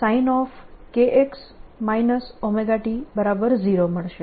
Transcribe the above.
E0sin kx ωt0 મળશે